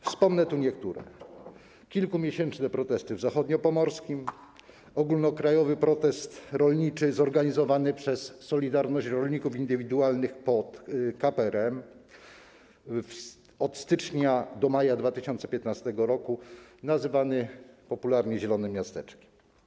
Wspomnę tu niektóre: kilkumiesięczne protesty w zachodniopomorskim, ogólnokrajowy protest rolniczy zorganizowany przez „Solidarność” Rolników Indywidualnych pod KPRM, od stycznia do maja 2015 r. nazywany popularnie zielonym miasteczkiem.